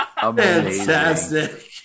Fantastic